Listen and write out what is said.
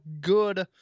good